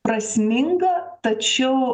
prasminga tačiau